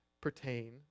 pertain